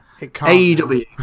AEW